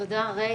תודה, ריי.